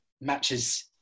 matches